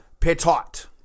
Petot